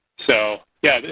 so, yeah,